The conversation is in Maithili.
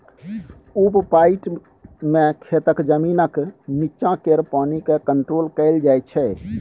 उप पटाइ मे खेतक जमीनक नीच्चाँ केर पानि केँ कंट्रोल कएल जाइत छै